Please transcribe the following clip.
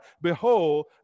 Behold